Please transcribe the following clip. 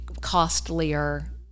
costlier